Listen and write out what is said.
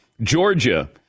Georgia